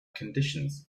conditions